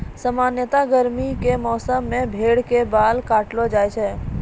सामान्यतया गर्मी के मौसम मॅ भेड़ के बाल काटलो जाय छै